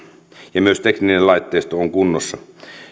ja myös tekninen laitteisto on kunnossa